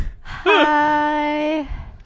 Hi